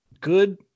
good